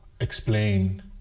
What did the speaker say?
explain